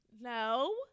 No